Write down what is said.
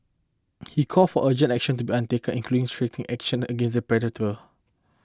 he called for urgent action to be undertaken including stricter action against the perpetrator